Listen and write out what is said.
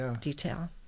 detail